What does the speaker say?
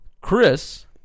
Chris